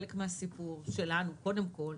חלק מהסיפור שלנו קודם כל,